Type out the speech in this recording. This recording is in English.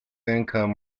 income